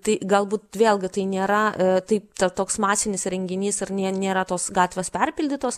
tai galbūt vėlgi tai nėra taip tad toks masinis renginys ir nėra tos gatvės perpildytos